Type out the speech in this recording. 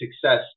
success